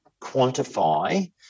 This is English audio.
quantify